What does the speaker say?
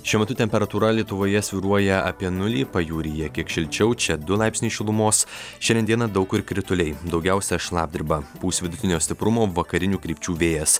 šiuo metu temperatūra lietuvoje svyruoja apie nulį pajūryje kiek šilčiau čia du laipsniai šilumos šiandien dieną daug kur krituliai daugiausia šlapdriba pūs vidutinio stiprumo vakarinių krypčių vėjas